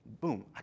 Boom